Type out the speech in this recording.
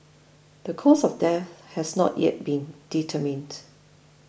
the cause of death has not yet been determined